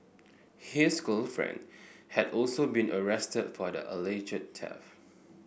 his girlfriend had also been arrested for the alleged